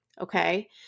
Okay